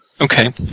Okay